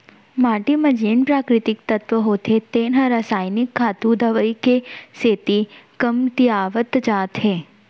माटी म जेन प्राकृतिक तत्व होथे तेन ह रसायनिक खातू, दवई के सेती कमतियावत जात हे